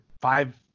five